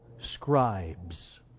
scribes